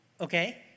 Okay